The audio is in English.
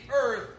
earth